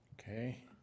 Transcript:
Okay